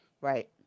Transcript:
Right